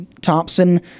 Thompson